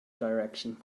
direction